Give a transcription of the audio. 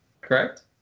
correct